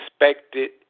expected